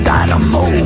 Dynamo